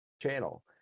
channel